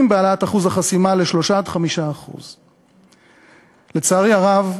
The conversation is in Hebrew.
בהעלאת אחוז החסימה ל-3% 5%. לצערי הרב,